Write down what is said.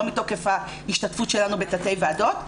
לא מתוקף ההשתתפות שלנו בתתי ועדות.